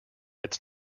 its